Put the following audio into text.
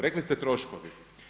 Rekli ste troškovi.